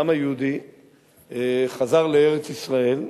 שהעם היהודי חזר לארץ-ישראל,